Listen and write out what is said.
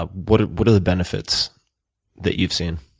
ah what ah what are the benefits that you've seen?